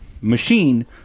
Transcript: machine